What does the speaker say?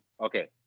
Okay